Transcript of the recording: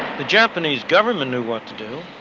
the japanese government knew what to do.